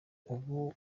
ubu